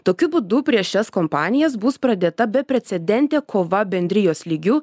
tokiu būdu prieš šias kompanijas bus pradėta beprecedentė kova bendrijos lygiu